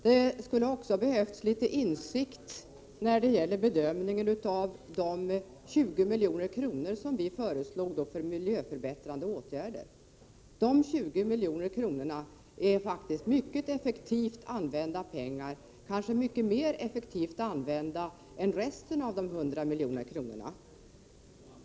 Det skulle också ha behövts litet insikt vid bedömningen beträffande de 20 milj.kr. som vi föreslog för miljöförbättrande åtgärder. De 20 miljonerna skulle faktiskt vara mycket effektivt använda pengar, kanske mycket mer effektivt använda pengar än resten av de 100 miljonerna.